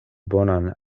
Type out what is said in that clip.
bonan